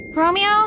Romeo